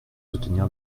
soutenir